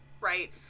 right